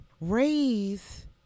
raise